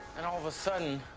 and all of a sudden,